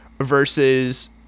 versus